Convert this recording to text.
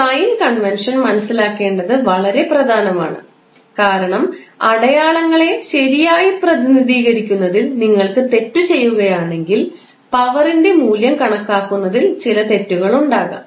അതിനാൽ sign convention മനസിലാക്കേണ്ടത് വളരെ പ്രധാനമാണ് കാരണം അടയാളങ്ങളെ ശരിയായി പ്രതിനിധീകരിക്കുന്നതിൽ നിങ്ങൾ തെറ്റ് ചെയ്യുകയാണെങ്കിൽ പവറിന്റെ മൂല്യം കണക്കാക്കുന്നതിൽ ചില തെറ്റുകൾ ഉണ്ടാകാം